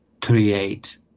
create